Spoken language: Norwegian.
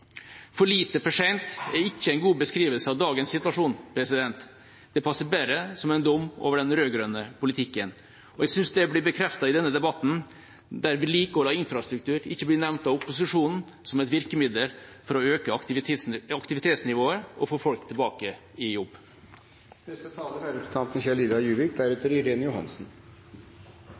For lite, for seint er ikke en god beskrivelse av dagens situasjon. Det passer bedre som en dom over den rød-grønne politikken. Jeg synes det blir bekreftet i denne debatten, der vedlikehold av infrastruktur ikke blir nevnt av opposisjonen som et virkemiddel for å øke aktivitetsnivået og få folk tilbake i jobb.